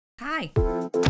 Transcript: Hi